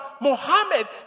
Mohammed